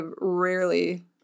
rarely